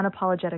unapologetic